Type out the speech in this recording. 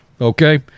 Okay